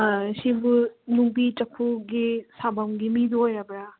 ꯁꯤꯕꯨ ꯅꯨꯡꯕꯤ ꯆꯐꯨꯒꯤ ꯁꯥꯕꯝꯒꯤ ꯃꯤꯗꯨ ꯑꯣꯏꯔꯕ꯭ꯔꯥ